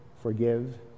forgive